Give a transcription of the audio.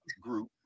group